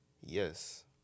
Yes